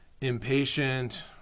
impatient